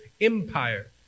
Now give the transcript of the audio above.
empire